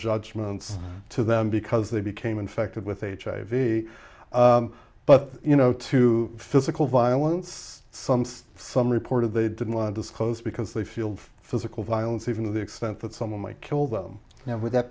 judgments to them because they became infected with hiv but you know to physical violence some stuff some reported they didn't want to disclose because they feel physical violence even to the extent that someone might kill them now would that